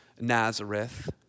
Nazareth